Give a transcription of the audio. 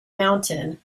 mountain